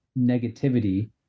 negativity